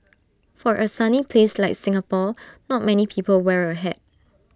for A sunny place like Singapore not many people wear A hat